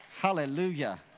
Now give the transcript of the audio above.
Hallelujah